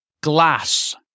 Glass